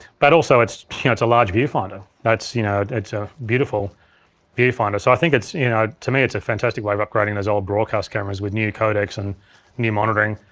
but also, it's you know it's a large viewfinder. that's you know a beautiful viewfinder. so i think it's, you know, to me it's a fantastic way of upgrading those old broadcast cameras with new codecs and new monitoring.